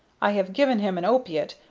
i have given him an opiate,